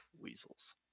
Weasels